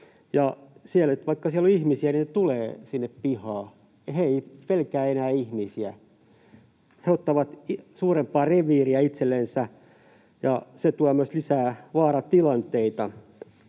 vaikka siellä on ihmisiä, ne tulevat sinne pihaan. Ne eivät pelkää enää ihmisiä. Ne ottavat suurempaa reviiriä itsellensä, ja se tuo myös lisää vaaratilanteita.